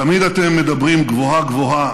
תמיד אתם מדברים גבוהה-גבוהה,